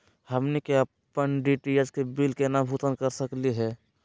हमनी के अपन डी.टी.एच के बिल केना भुगतान कर सकली हे?